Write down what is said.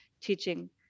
teaching